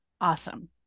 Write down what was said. Awesome